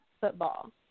football